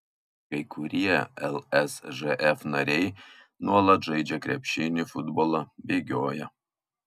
kai kurie lsžf nariai nuolat žaidžia krepšinį futbolą bėgioja